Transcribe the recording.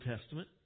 Testament